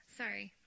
sorry